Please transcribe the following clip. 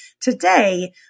Today